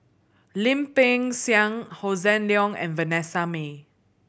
Lim Peng Siang Hossan Leong and Vanessa Mae